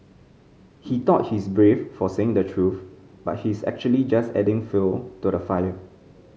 he thought he's brave for saying the truth but he's actually just adding fuel to the fire